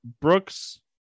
Brooks